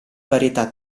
varietà